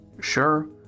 Sure